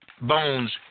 Bones